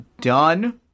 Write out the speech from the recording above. done